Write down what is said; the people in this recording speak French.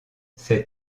c’est